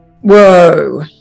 Whoa